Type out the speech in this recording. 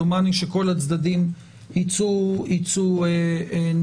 דומני שכל הצדדים יצאו נשכרים,